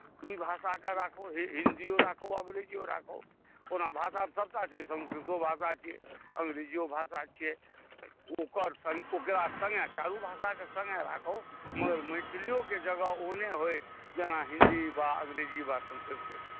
ई भाषाकेँ राखहु हिन्दिओ राखहु अङ्ग्रेजिओ राखहु ओना भाषा सभटा छै संस्कृतो भाषा छियै अङ्ग्रेजिओ भाषा छियै ओकरा सङ्गे चारू भाषाकेँ सङ्गे राखहु मगर मैथिलिओकेँ जगह ओहने होय जेना हिन्दी वा अङ्ग्रेजी वा संस्कृतके छै